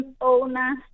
owner